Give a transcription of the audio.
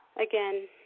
again